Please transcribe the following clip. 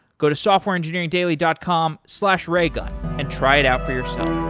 go to softwareengineeringdaily dot com slash raygun and try it out for yourself.